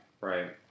Right